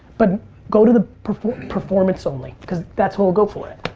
but go to the performance performance only cause that's who'll go for it.